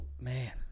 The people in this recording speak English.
man